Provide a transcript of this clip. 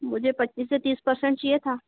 मुझे पच्चीस से तीस पर्सेन्ट चाहिए था